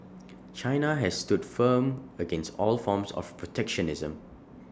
China has stood firm against all forms of protectionism